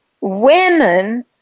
Women